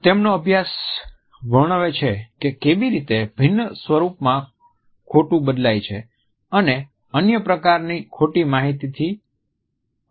તેમનો અભ્યાસ વર્ણવે છે કે કેવી રીતે ભિન્ન સ્વરૂપમા ખોટુ બદલાય છે અને અન્ય પ્રકારની ખોટી માહિતી થી અલગ હોઈ શકે છે